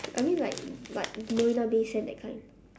I mean like like marina-bay-sands that kind